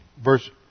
Verse